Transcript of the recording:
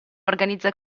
organizza